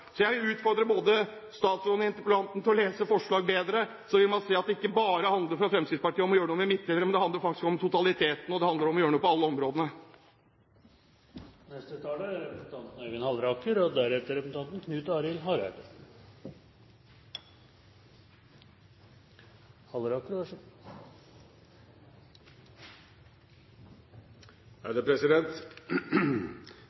Så jeg utfordrer både statsråden og interpellanten til å lese forslag bedre, så vil man se at det fra Fremskrittspartiets side ikke bare handler om å gjøre noe med midtdelere, men det handler faktisk om totaliteten, og det handler om å gjøre noe på alle områdene. Det er god kutyme i denne sal å takke for at det blir reist viktige interpellasjoner, og